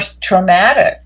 traumatic